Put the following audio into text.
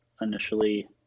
initially